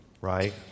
right